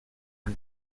are